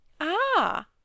Ah